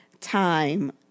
time